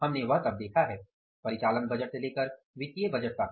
हमने वह सब देखा है परिचालन बजट से लेकर वित्तीय बजट तक